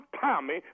Tommy